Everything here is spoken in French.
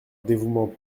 dévouement